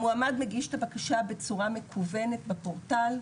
המועמד מגיש את הבקשה בצורה מקוונת בפורטל,